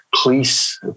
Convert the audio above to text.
police